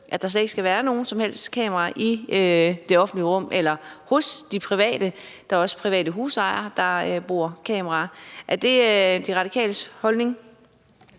at der slet ikke skal være nogen kameraer i det offentlige rum eller hos de private – der er også private husejere, der bruger kameraer? Er det De Radikales holdning?